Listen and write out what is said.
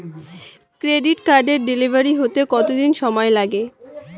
Credit কার্ডের delivery হতে কতদিন সময় লাগে?